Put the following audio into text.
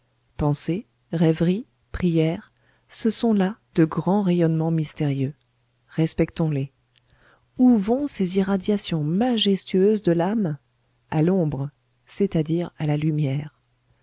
pensée rêverie prière ce sont là de grands rayonnements mystérieux respectons les où vont ces irradiations majestueuses de l'âme à l'ombre c'est-à-dire à la lumière